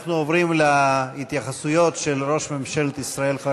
אנחנו עוברים להתייחסויות של ראש ממשלת ישראל חבר